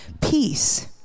peace